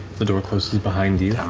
the door closes behind you.